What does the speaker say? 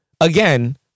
again